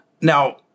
Now